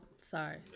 sorry